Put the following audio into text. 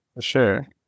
sure